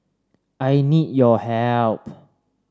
I need your help